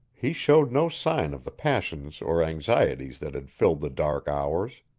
he showed no sign of the passions or anxieties that had filled the dark hours.